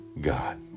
God